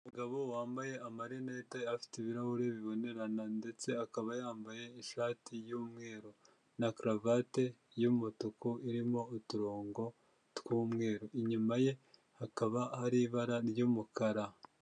Umugabo wambaye amarinete afite ibirahuri bibonerana, ndetse akaba yambaye ishati y'umweru na karavati y'umutuku irimo uturongo twumweru, inyuma ye hakaba ari ibara ry'umukara.